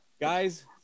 Guys